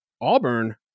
auburn